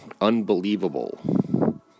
unbelievable